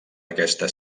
aquesta